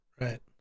Right